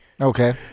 okay